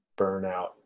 burnout